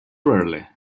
rarely